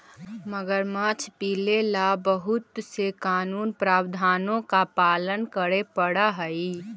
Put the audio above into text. मगरमच्छ पीले ला बहुत से कानूनी प्रावधानों का पालन करे पडा हई